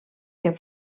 que